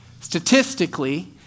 Statistically